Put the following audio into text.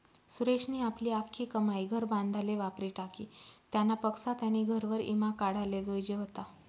सुरेशनी आपली आख्खी कमाई घर बांधाले वापरी टाकी, त्यानापक्सा त्यानी घरवर ईमा काढाले जोयजे व्हता